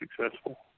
successful